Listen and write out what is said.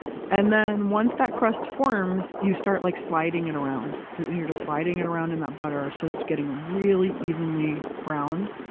and then once that crust forms, you start like sliding it around. you're just sliding it around in that butter, so it's getting really evenly browned.